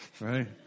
right